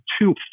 two